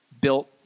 built